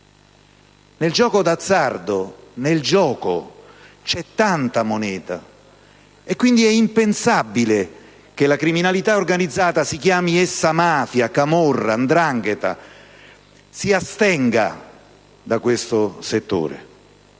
Nel gioco d'azzardo c'è tanta moneta, e quindi è impensabile che la criminalità organizzata, si chiami essa mafia, camorra o 'ndrangheta, si astenga da questo settore.